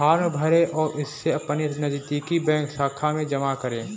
form भरें और इसे अपनी नजदीकी बैंक शाखा में जमा करें